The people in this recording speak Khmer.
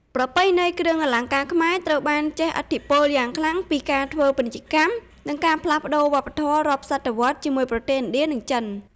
ប្រពៃណីគ្រឿងអលង្ការខ្មែរត្រូវបានជះឥទ្ធិពលយ៉ាងខ្លាំងពីការធ្វើពាណិជ្ជកម្ម និងការផ្លាស់ប្តូរវប្បធម៌រាប់សតវត្សជាមួយប្រទេសឥណ្ឌា និងចិន។